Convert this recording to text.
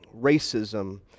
racism